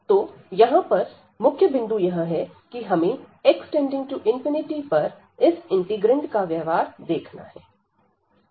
तो यहां पर मुख्य बिंदु यह है कि हमें x→∞पर इस इंटीग्रैंड का व्यवहार देखना है